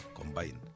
combined